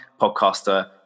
podcaster